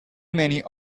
many